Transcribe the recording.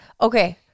Okay